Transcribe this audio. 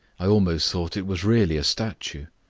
i almost thought it was really a statue.